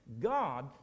God